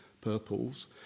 purples